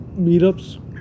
meetups